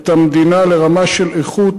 את המדינה, לרמה של איכות